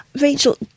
Rachel